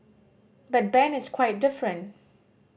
but Ben is quite different